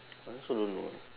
I also don't know